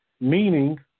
meaning